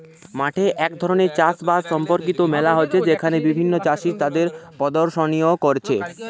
মাঠে এক ধরণের চাষ বাস সম্পর্কিত মেলা হচ্ছে যেখানে বিভিন্ন চাষীরা তাদের প্রদর্শনী কোরছে